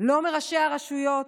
לא מראשי הרשויות,